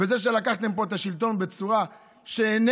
וזה שלקחתם פה את השלטון בצורה שאיננה,